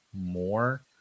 more